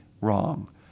wrong